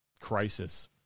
crisis